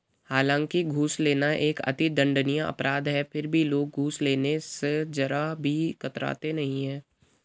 हालांकि घूस लेना एक अति दंडनीय अपराध है फिर भी लोग घूस लेने स जरा भी कतराते नहीं है